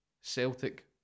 Celtic